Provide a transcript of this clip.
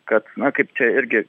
kad na kaip čia irgi